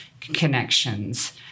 connections